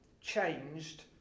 changed